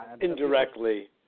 Indirectly